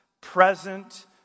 Present